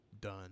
done